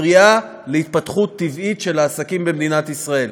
מפריעה להתפתחות טבעית של העסקים במדינת ישראל.